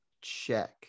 check